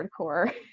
hardcore